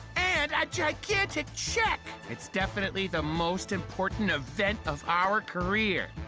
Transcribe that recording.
and a gigantic check! it's definitely the most important event of our career.